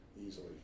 Easily